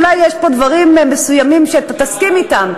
אולי יש פה דברים מסוימים שאתה תסכים להם,